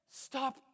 stop